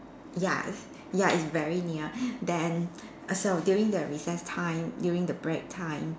ya ya it's very near then so during the recess time during the break time